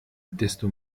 desto